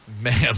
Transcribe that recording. Man